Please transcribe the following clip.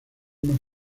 más